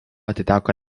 atiteko